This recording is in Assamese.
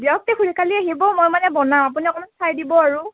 দিয়ক তে খুৰী কালি আহিব মই মানে বনাম আপুনি অকণমান চাই দিব আৰু